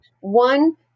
One